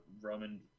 Roman